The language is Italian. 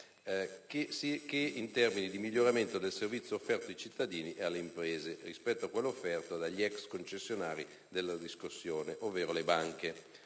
sia in termini di miglioramento del servizio offerto ai cittadini e alle imprese, rispetto a quello offerto dagli ex concessionari della riscossione, ovvero le banche.